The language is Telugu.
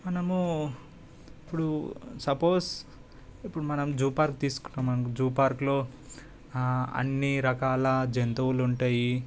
మనము ఇప్పుడు సపోస్ ఇప్పుడు మనం జూ పార్క్ తీసుకున్నాం అనుకో జూ పార్క్లో అన్ని రకాల జంతువులుంటాయి